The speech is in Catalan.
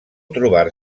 trobar